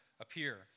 appear